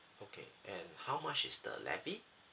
okay and how much is the levy